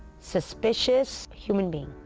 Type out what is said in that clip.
suspicious human being.